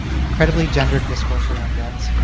incredibly gendered discourse around guns,